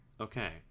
okay